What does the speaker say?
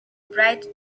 bright